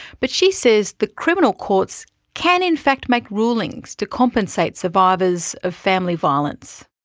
but she says the criminal courts can in fact make rulings to compensate survivors of family violence.